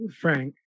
Frank